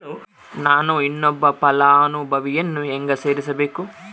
ನಾನು ಇನ್ನೊಬ್ಬ ಫಲಾನುಭವಿಯನ್ನು ಹೆಂಗ ಸೇರಿಸಬೇಕು?